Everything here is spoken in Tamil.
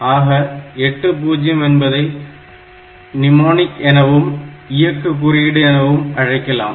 ஆக 80 என்பதை நிமோநிக் எனவும் இயக்கு குறியீடு எனவும் அழைக்கலாம்